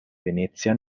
venezia